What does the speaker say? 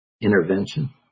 intervention